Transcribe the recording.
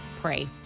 Pray